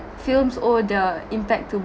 films owe the impact to